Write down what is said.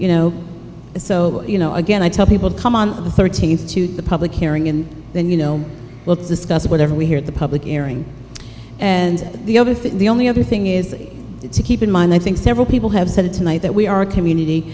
you know so you know again i tell people come on the thirteenth to the public hearing and then you know let's discuss whatever we hear the public airing and the other thing the only other thing is to keep in mind i think several people have said tonight that we are a community